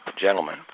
Gentlemen